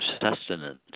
sustenance